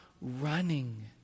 running